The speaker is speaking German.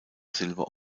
silber